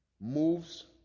moves